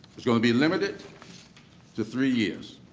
was going to be limited to three years.